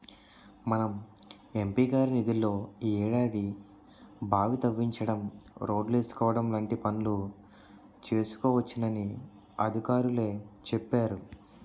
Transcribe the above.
మన ఎం.పి గారి నిధుల్లో ఈ ఏడాది బావి తవ్వించడం, రోడ్లేసుకోవడం లాంటి పనులు చేసుకోవచ్చునని అధికారులే చెప్పేరు